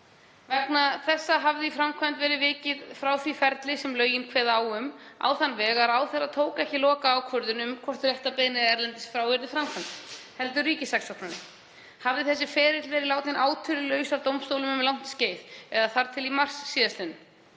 Vegna þessa hafði í framkvæmd verið vikið frá því ferli sem lögin kveða á um, á þann veg að ráðherra tók ekki lokaákvörðun um hvort réttarbeiðni erlendis frá yrði framkvæmd, heldur ríkissaksóknari. Hafði þessi ferill verið látinn átölulaus af dómstólum um langt skeið eða þar til í mars sl. En